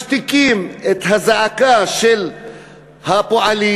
משתיקים את הזעקה של הפועלים,